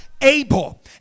Abel